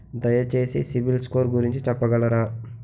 దయచేసి CIBIL score గురించి చెప్పగలరా?